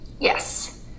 Yes